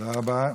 תודה רבה.